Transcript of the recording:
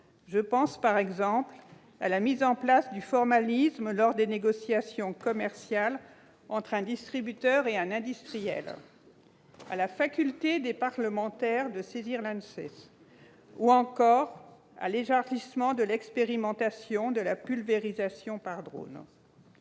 Je pense, par exemple, à la mise en place du formalisme lors des négociations commerciales entre distributeurs et industriels, à la faculté des parlementaires de saisir l'ANSES, ou encore à l'élargissement de l'expérimentation de la pulvérisation par drones.